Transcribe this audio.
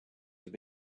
have